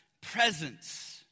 presence